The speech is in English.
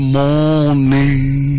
morning